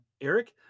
Eric